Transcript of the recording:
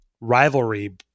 rivalry